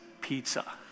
pizza